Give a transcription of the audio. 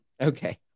Okay